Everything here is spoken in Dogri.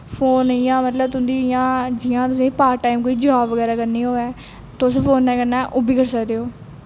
फोन इ'यां मतलब तुं'दी इ'यां तुसें जियां पार्ट टाईम कोई जॉब करै करनी होऐ तुस फोनै कन्नै ओह् बी करी सकदे ओ